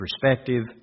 perspective